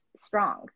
strong